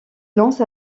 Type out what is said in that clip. lance